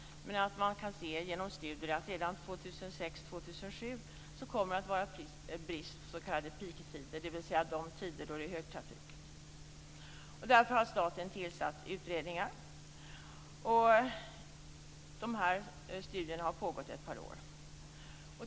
Men studier visar att det redan 2006-2007 kommer att vara brister under s.k. peak-tider, dvs. de tider då det är högtrafik. Därför har staten tillsatt utredningar. Dessa studier har pågått i ett par år.